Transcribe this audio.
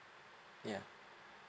ya